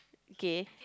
okay